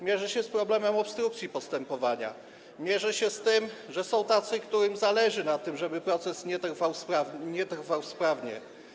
Mierzy się z problemem obstrukcji postępowania, mierzy się z tym, że są tacy, którym zależy na tym, żeby proces nie przebiegał sprawnie.